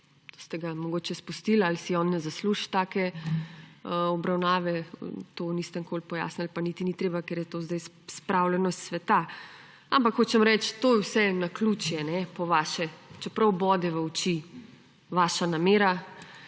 to ste ga mogoče izpustili ali si on ne zasluži take obravnave, tega niste nikoli pojasnili, pa niti ni treba, ker je to zdaj spravljeno s sveta. Ampak hočem reči, to vse je naključje po vaše, čeprav bode v oči vaša namera.